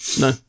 No